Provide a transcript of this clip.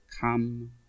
come